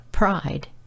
Pride